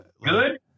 good